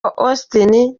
austin